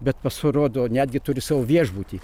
bet pasirodo netgi turi savo viešbutį